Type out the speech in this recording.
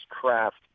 craft